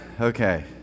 Okay